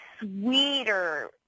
sweeter